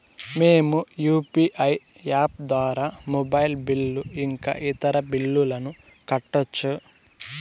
మేము UPI app ద్వారా mobile bill ఇంకా ఇతర బిల్లులను కట్టొచ్చు